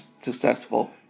successful